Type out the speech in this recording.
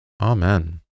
Amen